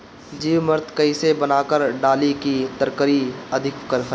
जीवमृत कईसे बनाकर डाली की तरकरी अधिक फरे?